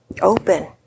Open